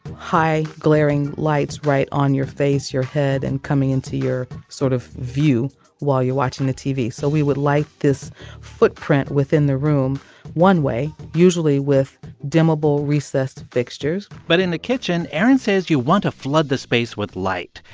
high, glaring lights right on your face, your head and coming into your sort of view while you're watching the tv. so we would like this footprint within the room one way, usually with dimmable, recessed fixtures but in the kitchen, erin says you want to flood the space with light.